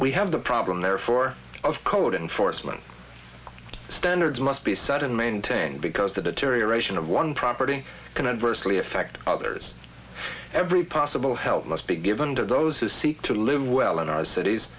we have the problem therefore of code enforcement standards must be set in maintained because the deterioration of one property can adversely affect others every possible help must be given to those who seek to live well in our cities